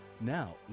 Now